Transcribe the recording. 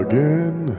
Again